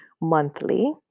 monthly